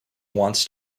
wants